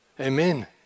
amen